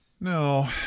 No